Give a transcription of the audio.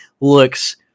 looks